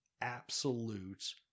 absolute